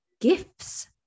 gifts